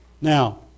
Now